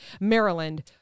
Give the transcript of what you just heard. Maryland